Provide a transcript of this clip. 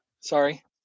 Sorry